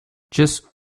just